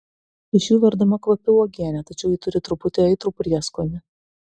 iš jų verdama kvapi uogienė tačiau ji turi truputį aitrų prieskonį